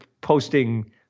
posting